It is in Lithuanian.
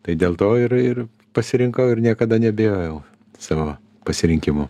tai dėl to ir ir pasirinkau ir niekada neabejojau savo pasirinkimu